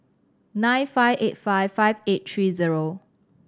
nine five eight five five eight three zero